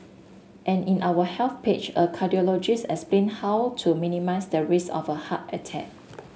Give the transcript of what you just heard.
and in our health page a cardiologist explain how to minimise the risk of a heart attack